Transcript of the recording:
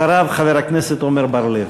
אחריו, חבר הכנסת עמר בר-לב.